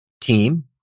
team